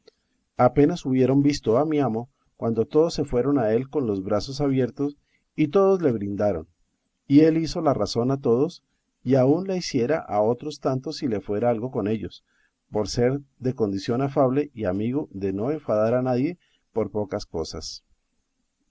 apenas hubieron visto a mi amo cuando todos se fueron a él con los brazos abiertos y todos le brindaron y él hizo la razón a todos y aun la hiciera a otros tantos si le fuera algo en ello por ser de condición afable y amigo de no enfadar a nadie por pocas cosas